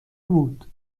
بود